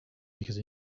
because